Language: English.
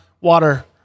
water